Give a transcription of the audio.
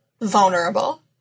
vulnerable